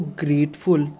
grateful